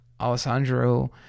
alessandro